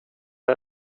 var